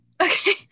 Okay